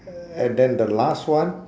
uh and then the last one